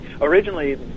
Originally